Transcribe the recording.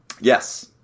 Yes